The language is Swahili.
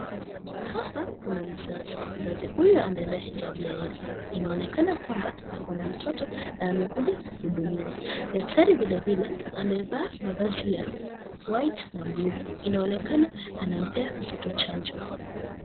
Hapa kuna mzazi. Mzazi ule amevaa hijab ya yellow .Inaonekana kwamba ako na mtoto na amekuja kuhudumiwa. Daktari vilevile amevaa mavazi ya white na blue .Inaonekana anampea mtoto chanjo.